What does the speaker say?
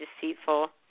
deceitful